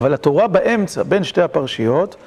אבל התורה באמצע, בין שתי הפרשיות...